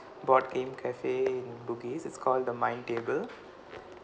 board game cafe in bugis it's called the mind table